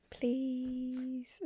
Please